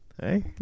hey